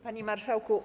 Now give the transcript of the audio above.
Panie Marszałku!